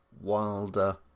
Wilder